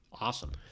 Awesome